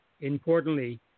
importantly